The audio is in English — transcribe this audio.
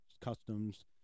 customs